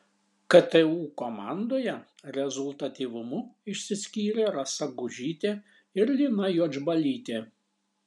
ktu komandoje rezultatyvumu išsiskyrė rasa gužytė ir lina juodžbalytė